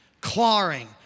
clawing